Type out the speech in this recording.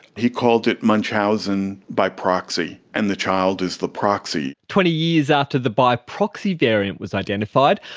he called it munchausen by proxy, and the child is the proxy. twenty years after the by proxy variant was identified,